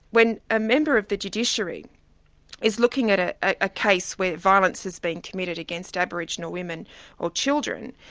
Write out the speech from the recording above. when a member of the judiciary is looking at at a case where violence has been committed against aboriginal women or children,